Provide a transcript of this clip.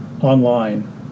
online